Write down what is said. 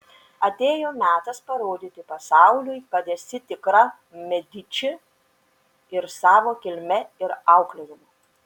atėjo metas parodyti pasauliui kad esi tikra mediči ir savo kilme ir auklėjimu